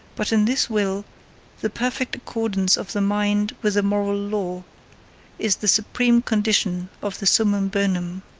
but in this will the perfect accordance of the mind with the moral law is the supreme condition of the summum bonum.